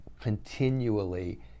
continually